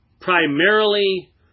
primarily